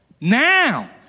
Now